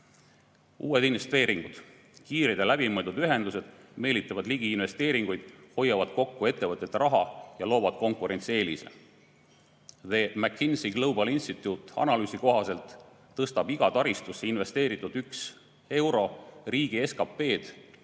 investeeringud. Kiired ja läbimõeldud ühendused meelitavad ligi investeeringuid, hoiavad kokku ettevõtete raha ja loovad konkurentsieelise. McKinsey Global Institute'i analüüsi kohaselt tõstab iga taristusse investeeritud üks euro riigi SKP‑d 20 sendi